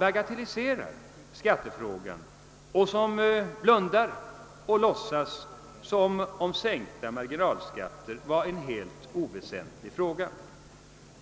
bagatellisera skattefrågan genom att blunda och låtsas som om sänkta marginalskatter var en oväsentlig fråga.